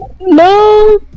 no